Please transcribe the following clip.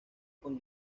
con